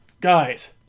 Guys